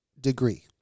degree